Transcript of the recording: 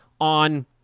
on